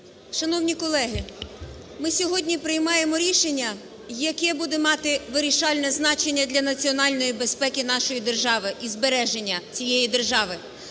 Шановні колеги! Ми сьогодні приймаємо рішення, яке буде мати вирішальне значення для національної безпеки нашої держави і збереження цієї держави,